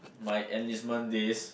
my enlistment days